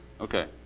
Okay